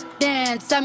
dance